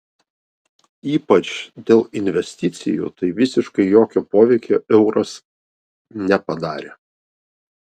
ypač dėl investicijų tai visiškai jokio poveikio euras nepadarė